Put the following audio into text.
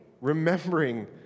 remembering